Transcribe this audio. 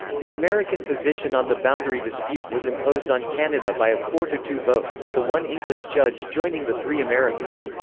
the american position on the boundary dispute was imposed on canada by a four two two vote, with the one english judge joining the three americans.